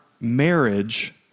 marriage